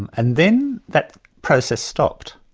and and then that process stopped.